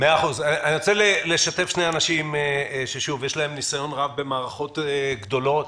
אני רוצה לשתף שני אנשים שיש להם ניסיון רב במערכות גדולות.